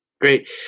Great